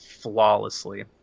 flawlessly